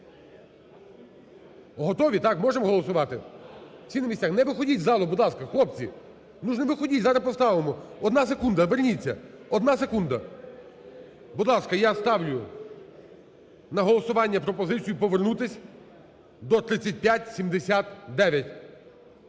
Готові, так, можемо голосувати? Всі на місцях? Не виходіть із залу, будь ласка, хлопці. Ну ж не виходіть, зараз поставимо, одна секунда. Верніться, одна секундна. Будь ласка, я ставлю на голосування пропозицію повернутись до 3579.